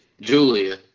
Julia